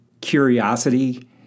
curiosity